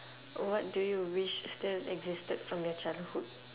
oh what do you wish to still existed from your childhood